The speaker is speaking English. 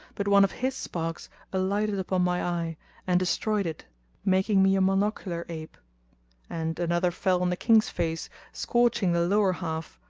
but one of his sparks alighted upon my eye and destroyed it making me a monocular ape and another fell on the king's face scorching the lower half,